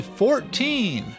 fourteen